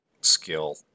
skill